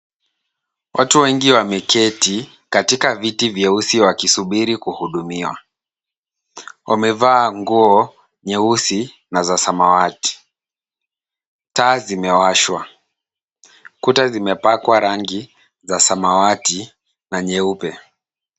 Watu wengi wameketi, katika viti vya usi wa kisubiri kuhudumiwa. Wamevaa nguo nyeusi na za samawati. Taa zimewashwa. Kuta zimepakwa rangi, za samawati, na nyeupe.